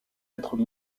être